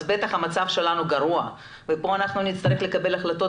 אז המצב שלנו גרוע וכאן נצטרך לקבל החלטות